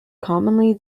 commonly